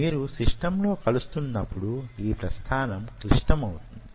మీరు సిస్టమ్ లో కలుస్తున్నప్పుడు యీ ప్రస్థానం క్లిష్టమౌతుంది